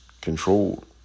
controlled